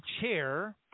chair